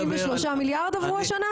53 מיליארד עברו השנה?